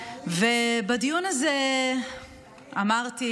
בדיון הזה אמרתי